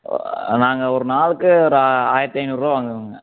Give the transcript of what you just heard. நாங்கள் ஒரு நாளைக்கு ஒரு ஆயிரத்து ஐநூறு ரூபா வாங்குவோங்க